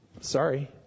sorry